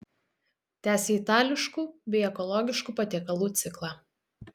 tęsia itališkų bei ekologiškų patiekalų ciklą